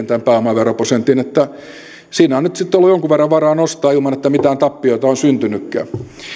tämän pääomaveroprosentin kahteenkymmeneenviiteen että siinä on nyt sitten ollut jonkun verran varaa nostaa ilman että mitään tappioita on syntynytkään